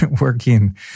working